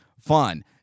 fun